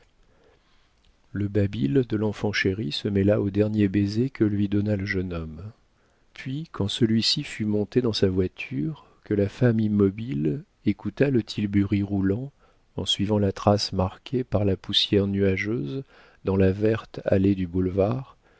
le babil de l'enfant chéri se mêla aux derniers baisers que lui donna le jeune homme puis quand celui-ci fut monté dans sa voiture que la femme immobile écouta le tilbury roulant en suivant la trace marquée par la poussière nuageuse dans la verte allée du boulevard